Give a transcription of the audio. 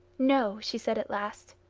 no, she said at last,